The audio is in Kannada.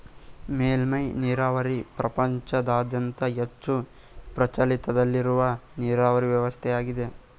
ಮೇಲ್ಮೆ ನೀರಾವರಿ ಪ್ರಪಂಚದಾದ್ಯಂತ ಹೆಚ್ಚು ಪ್ರಚಲಿತದಲ್ಲಿರುವ ನೀರಾವರಿ ವ್ಯವಸ್ಥೆಯಾಗಿದೆ